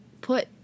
put